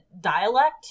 dialect